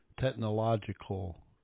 Technological